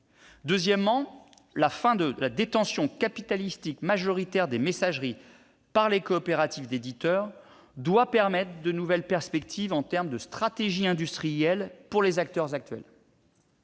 deuxième lieu, la fin de la détention capitalistique majoritaire des messageries par les coopératives d'éditeurs doit permettre de faire émerger de nouvelles perspectives de stratégies industrielles, pour les acteurs actuels.